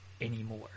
anymore